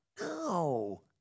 No